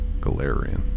Galarian